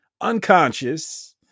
unconscious